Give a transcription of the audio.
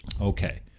Okay